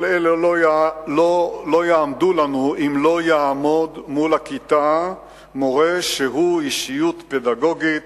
כל אלה לא יעמדו לנו אם לא יעמוד מול הכיתה מורה שהוא אישיות פדגוגית,